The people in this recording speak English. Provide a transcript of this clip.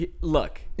Look